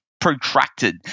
protracted